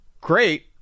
great